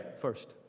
first